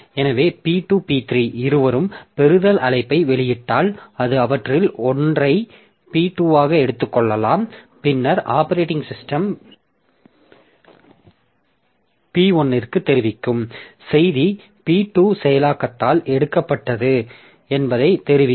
எனவே P2 P3 இருவரும் பெறுதல் அழைப்பை வெளியிட்டால் அது அவற்றில் ஒன்றை P2 ஆக எடுத்துக் கொள்ளலாம் பின்னர் ஆப்பரேட்டிங் சிஸ்டம் P1ற்கு தெரிவிக்கும் செய்தி P2 செயலாக்கத்தால் எடுக்கப்பட்டது என்பதை தெரிவிக்கும்